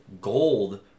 gold